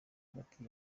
hagati